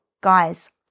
guys